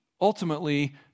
ultimately